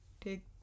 take